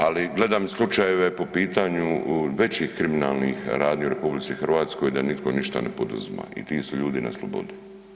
Ali, gledam i slučajeve po pitanju većih kriminalnih radnji u RH, da nitko ništa ne poduzima i ti su ljudi na slobodi.